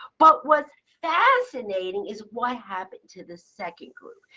but what's fascinating is what happened to the second group.